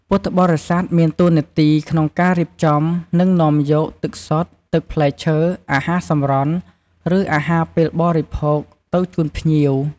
ការជូនទឹក និងអាហារនេះ មិនត្រឹមតែជាការរាក់ទាក់ប៉ុណ្ណោះទេ ប៉ុន្តែក៏ជាការជួយបំបាត់ការស្រេកឃ្លាន និងភាពនឿយហត់របស់ភ្ញៀវដែលបានធ្វើដំណើរមកពីចម្ងាយ ឬចូលរួមពិធីពីដើមដល់ចប់។